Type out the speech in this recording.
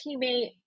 teammate